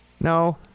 no